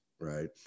right